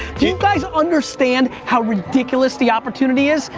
do you guys understand how ridiculous the opportunity is?